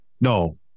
No